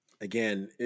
Again